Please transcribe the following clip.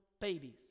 babies